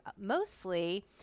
mostly